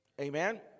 Amen